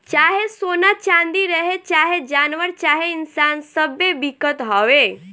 चाहे सोना चाँदी रहे, चाहे जानवर चाहे इन्सान सब्बे बिकत हवे